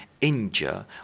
injure